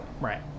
right